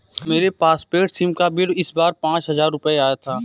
मेरे postpaid SIM का bill इस बार पाँच हजार रुपए आया था